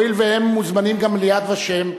והואיל והם מוזמנים גם ל"יד ושם",